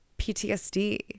PTSD